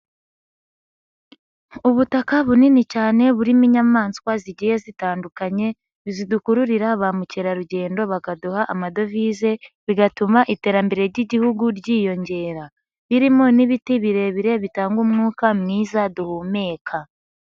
Ubutaka bunini cyane burimo inyamaswa zigiye zitandukanye zidukururira ba mukerarugendo bakaduha amadovize, bigatuma iterambere ry'igihugu ryiyongera birimo n'ibiti birebire bitanga umwuka mwiza duhumeka.